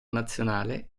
nazionale